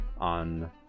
on